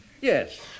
Yes